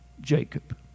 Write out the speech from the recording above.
Jacob